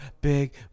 big